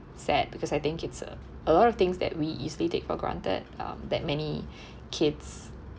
sad because I think it's uh a lot of things that we easily take for granted um that many kids